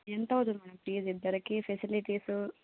ఎంతవుతుంది మేడం ఇద్దరికీ ఫెసిలిటీసు